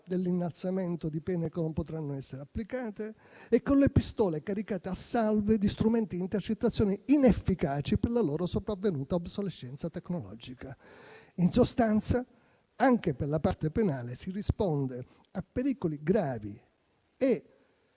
dell'innalzamento di pene che non potranno essere applicate e con le pistole caricate a salve di strumenti di intercettazione inefficaci per la loro sopravvenuta obsolescenza tecnologica. In sostanza, anche per la parte penale si risponde a pericoli gravi e